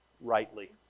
rightly